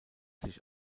sich